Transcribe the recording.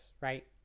right